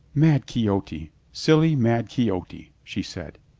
mad quixote. silly, mad quixote, she said.